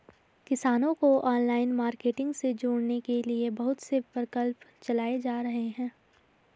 किसानों को online marketing से जोड़ने के लिए बहुत से प्रकल्प चलाए जा रहे हैं